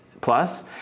plus